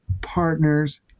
partners